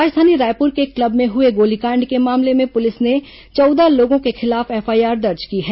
राजधानी रायपुर के एक क्लब में हुए गोलीकांड के मामले में पुलिस ने चौदह लोगों के खिलाफ एफआईआर दर्ज की है